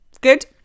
Good